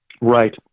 Right